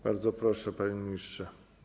Bardzo proszę, panie ministrze.